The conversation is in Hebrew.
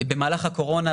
במהלך הקורונה,